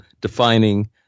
defining